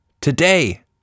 Today